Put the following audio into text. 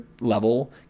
level